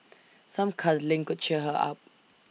some cuddling could cheer her up